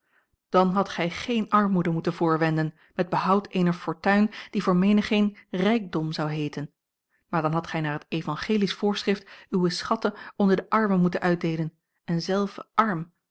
dan hadt gij geen armoede moeten voorwenden met behoud eener fortuin die voor menigeen rijkdom zou heeten maar dan hadt gij naar het evangelisch voorschrift uwe schatten onder de armen moeten uitdeelen en zelve arm